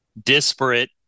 disparate